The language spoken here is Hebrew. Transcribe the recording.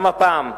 גם הפעם,